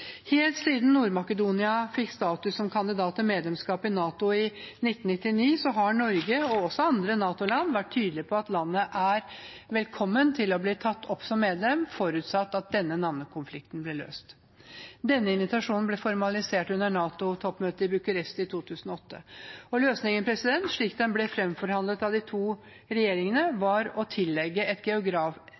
Helt siden Nord-Makedonia fikk status som kandidat til medlemskap i NATO i 1999, har Norge og også andre NATO-land vært tydelig på at landet er velkommen til å bli tatt opp som medlem, forutsatt at denne navnekonflikten blir løst. Denne invitasjonen ble formalisert under NATO-toppmøtet i Bucuresti i 2008. Løsningen, slik den ble fremforhandlet av de to regjeringene, var å